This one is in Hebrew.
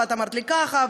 "את אמרת לי ככה",